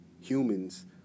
Humans